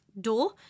door